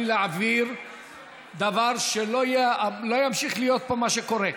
להעביר דבר שלא ימשיך להיות פה מה שקורה.